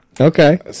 Okay